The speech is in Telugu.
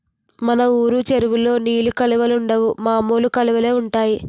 మన వూరు చెరువులో నీలి కలువలుండవు మామూలు కలువలే ఉంటాయి